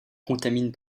contamine